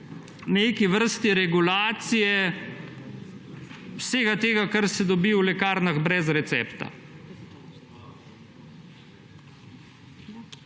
neke vrste regulaciji vsega tega, kar se dobi v lekarnah brez recepta.